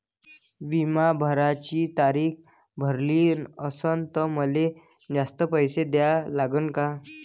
बिमा भराची तारीख भरली असनं त मले जास्तचे पैसे द्या लागन का?